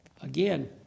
Again